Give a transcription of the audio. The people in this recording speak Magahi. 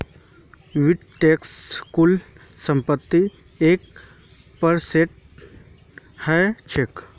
वेल्थ टैक्स कुल संपत्तिर एक परसेंट ह छेक